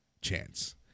chance